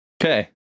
Okay